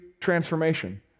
transformation